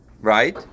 right